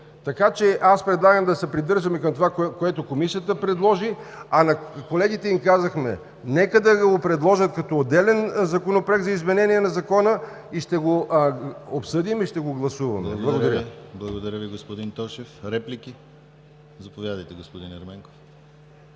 Така че аз предлагам да се придържаме към това, което Комисията предложи, а на колегите им казахме: нека да го предложат като отделен Законопроект за изменение на Закона, и ще го обсъдим, и ще го гласуваме. ПРЕДСЕДАТЕЛ ДИМИТЪР ГЛАВЧЕВ: Благодаря, господин Тошев. Реплики? Заповядайте, господин Ерменков.